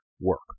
work